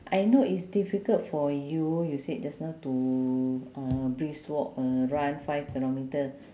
I know it's difficult for you you said just now to uh brisk walk uh run five kilometre